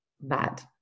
bad